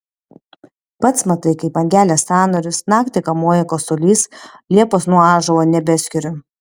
pats matai kaip man gelia sąnarius naktį kamuoja kosulys liepos nuo ąžuolo nebeskiriu